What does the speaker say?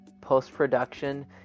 post-production